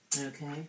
Okay